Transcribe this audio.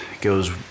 goes